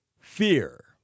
fear